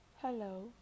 Hello